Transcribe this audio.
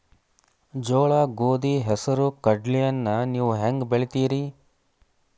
ಜೋಳ, ಗೋಧಿ, ಹೆಸರು, ಕಡ್ಲಿಯನ್ನ ನೇವು ಹೆಂಗ್ ಬೆಳಿತಿರಿ?